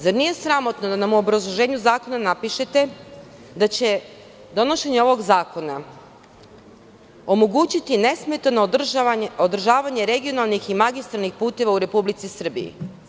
Zar nije sramotno da nam u obrazloženju zakona napišete da će donošenje ovog zakona omogućiti nesmetano održavanje regionalnih i magistralnih puteva u Republici Srbiji?